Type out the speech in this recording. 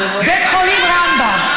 בית חולים רמב"ם.